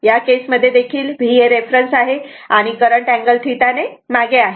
या केस मध्ये देखील V रेफरन्स आहे आणि करंट अँगल θ ने मागे आहे